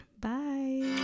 Bye